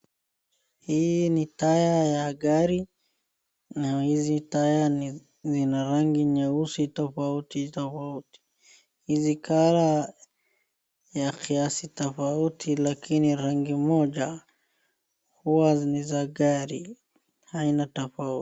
Hii ni taya ya gari, na hizi taya ni zina rangi nyeusi tofauti tofauti. Hizi colour ya kiasi tofauti lakini rangi moja, huwa ni za gari aina tofauti.